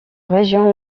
région